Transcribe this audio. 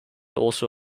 also